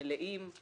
מלאים,